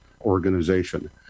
organization